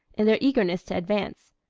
in their eagerness to advance.